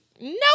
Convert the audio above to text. nope